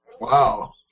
Wow